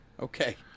Okay